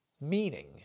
meaning